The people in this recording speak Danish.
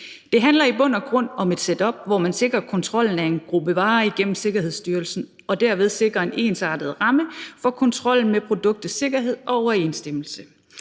Det handler i bund og grund om et setup, hvor man sikrer kontrollen af en gruppe varer igennem Sikkerhedsstyrelsen og derved sikrer en ensartet ramme for kontrollen med produktets sikkerhed og overensstemmelse.